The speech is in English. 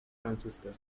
transistor